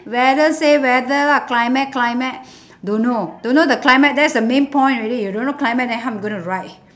weather say weather lah climate climate don't know don't know the climate that's the main point already you don't know climate then how I'm going to write